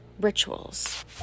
rituals